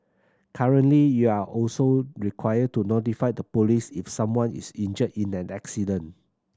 currently you're also required to notify the police if someone is injured in an accident